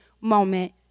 moment